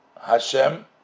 Hashem